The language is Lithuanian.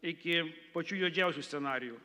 iki pačių juodžiausių scenarijų